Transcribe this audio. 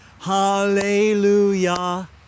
hallelujah